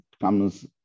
comes